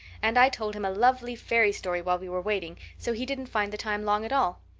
and i told him a lovely fairy story while we were waiting, so he didn't find the time long at all.